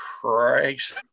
Christ